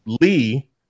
Lee